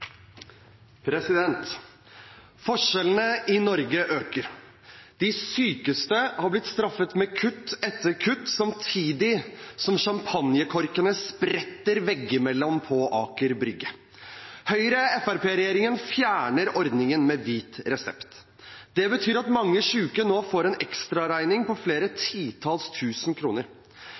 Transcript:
Forskjellene i Norge øker. De sykeste har blitt straffet med kutt etter kutt samtidig som champagnekorkene spretter veggimellom på Aker Brygge. Høyre–Fremskrittsparti-regjeringen fjerner ordningen med hvit resept. Det betyr at mange syke nå får en ekstraregning på flere tiltalls tusen kroner.